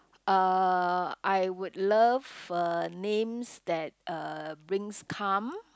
uh I would love uh names that uh brings calm